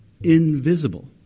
invisible